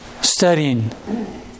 studying